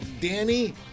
Danny